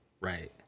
Right